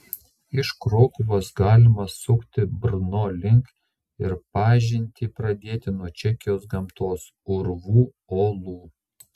iš krokuvos galima sukti brno link ir pažintį pradėti nuo čekijos gamtos urvų olų